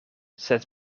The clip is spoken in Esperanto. sed